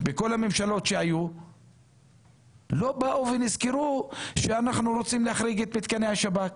בכל הממשלות שהיו לא באו ונזכרו שאנחנו רוצים להחריג את מיתקני השב"כ?